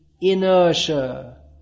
inertia